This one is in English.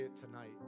tonight